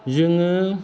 जोङो